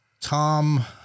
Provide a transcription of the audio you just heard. Tom